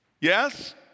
Yes